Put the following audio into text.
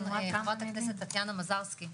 בבקשה, חברת הכנסת טטיאנה מזרסקי.